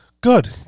Good